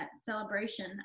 celebration